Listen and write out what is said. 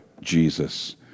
Jesus